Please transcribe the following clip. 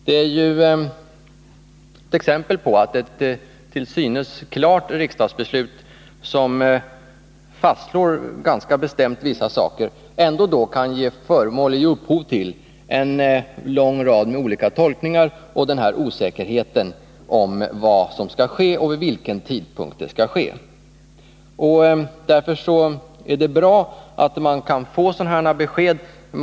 Det är ett exempel på att ett till synes klart riksdagsbeslut, som ganska bestämt fastslår vissa saker, ändå kan ge upphov till en lång rad olika tolkningar och osäkerhet om vad som skall ske och vid vilken tidpunkt det skall ske. Därför är det bra att man kan få sådana besked som i det här svaret.